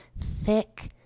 thick